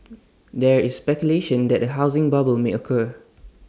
there is speculation that A housing bubble may occur